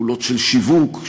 פעולות של שיווק,